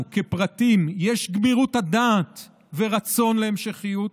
כפרטים יש גמירות הדעת ורצון להמשכיות,